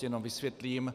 Jenom vysvětlím.